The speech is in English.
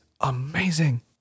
amazing